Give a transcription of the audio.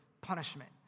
punishment